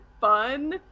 fun